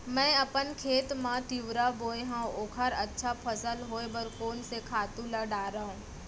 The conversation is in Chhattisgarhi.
मैं अपन खेत मा तिंवरा बोये हव ओखर अच्छा फसल होये बर कोन से खातू ला डारव?